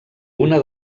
una